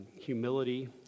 humility